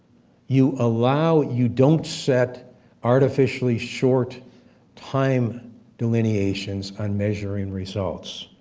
you allow you don't set artificially short time delineations on measuring results.